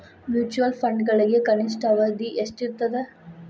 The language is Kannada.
ಮ್ಯೂಚುಯಲ್ ಫಂಡ್ಗಳಿಗೆ ಕನಿಷ್ಠ ಅವಧಿ ಎಷ್ಟಿರತದ